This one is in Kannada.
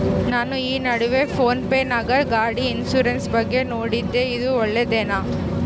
ನಾನು ಈ ನಡುವೆ ಫೋನ್ ಪೇ ನಾಗ ಗಾಡಿ ಇನ್ಸುರೆನ್ಸ್ ಬಗ್ಗೆ ನೋಡಿದ್ದೇ ಇದು ಒಳ್ಳೇದೇನಾ?